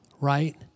right